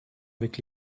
avec